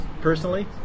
personally